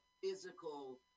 physical